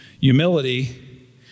Humility